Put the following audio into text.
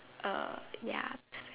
uh ya